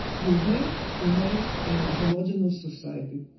you have to have a homogenous society,